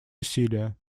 усилия